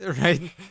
right